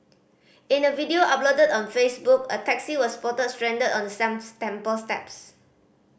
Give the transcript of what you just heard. in a video uploaded on Facebook a taxi was spotted stranded on the some temple steps